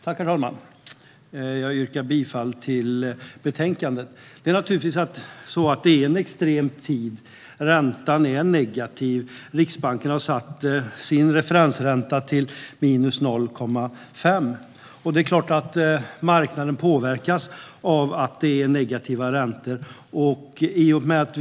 Herr talman! Jag yrkar bifall till förslaget i betänkandet. Det är naturligtvis en extrem tid. Räntan är negativ. Riksbanken har satt sin referensränta till 0,5, och det är klart att marknaden påverkas av att räntorna är negativa.